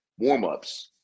warmups